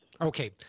Okay